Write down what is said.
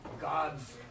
God's